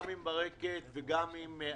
גם עם ברקת על נושא ה-solvency ועם ענת